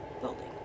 building